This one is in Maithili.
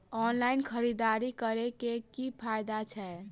ऑनलाइन खरीददारी करै केँ की फायदा छै?